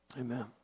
Amen